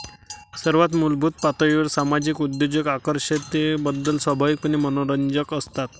सर्वात मूलभूत पातळीवर सामाजिक उद्योजक आकर्षकतेबद्दल स्वाभाविकपणे मनोरंजक असतात